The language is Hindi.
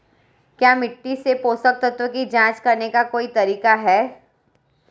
क्या मिट्टी से पोषक तत्व की जांच करने का कोई तरीका है?